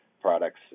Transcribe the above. products